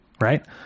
right